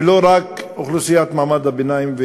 ולא רק אוכלוסיית מעמד הביניים.